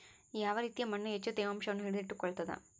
ಯಾವ ರೇತಿಯ ಮಣ್ಣು ಹೆಚ್ಚು ತೇವಾಂಶವನ್ನು ಹಿಡಿದಿಟ್ಟುಕೊಳ್ತದ?